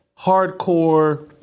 hardcore